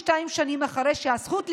72 שנים אחרי, שהזכות לשוויון,